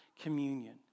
communion